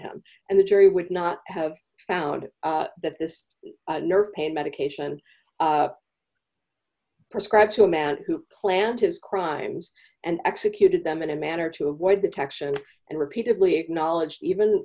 him and the jury would not have found it that this nerve pain medication prescribed to a man who planned his crimes and executed them in a manner to avoid detection and repeatedly acknowledged even